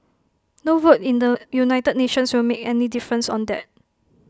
no vote in the united nations will make any difference on that